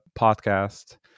podcast